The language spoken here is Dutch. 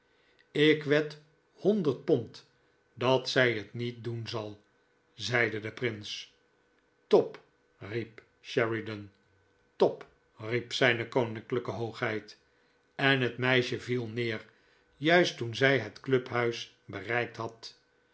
ik wed honderd pond dat zij het niet doen zal zeide de prins top riep sheridan top riep zijne koninklijke hoogheid en het meisje viel neer juist tpen zij het clubhuis bereikt had